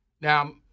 Now